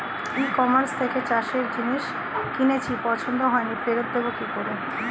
ই কমার্সের থেকে চাষের জিনিস কিনেছি পছন্দ হয়নি ফেরত দেব কী করে?